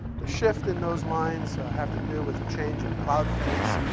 the shift in those lines have to do with the change in cloud phase.